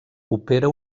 opera